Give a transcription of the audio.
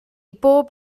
bob